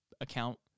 account